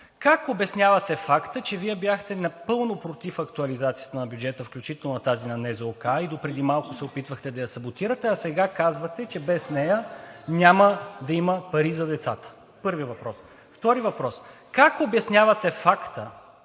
как обяснявате факта, че Вие бяхте напълно против актуализацията на бюджета, включително тази на НЗОК, и допреди малко се опитвахте да я саботирате, а сега казвате, че без нея няма да има пари за децата? Първи въпрос! Втори въпрос: как обяснявате факта,